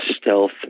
stealth